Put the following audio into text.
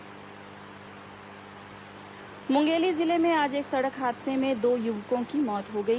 दुर्घटना मुंगेली जिले में आज एक सड़क हादसे में दो युवकों की मौत हो गई